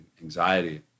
anxiety